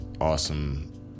awesome